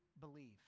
believe